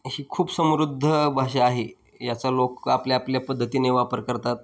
अशी खूप समृद्ध भाषा आहे याचा लोक आपल्या आपल्या पद्धतीने वापर करतात